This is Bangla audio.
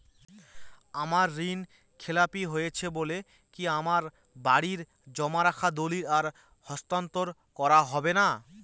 আমার ঋণ খেলাপি হয়েছে বলে কি আমার বাড়ির জমা রাখা দলিল আর হস্তান্তর করা হবে না?